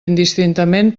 indistintament